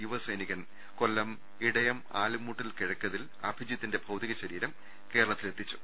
യുവ സൈനികൻ കൊല്ലം ഇടയം ആലുംമൂട്ടിൽ കിഴക്കതിൽ അഭിജിത്തിന്റെ ഭൌതിക ശരീരം കേരളത്തിൽ എത്തിച്ചു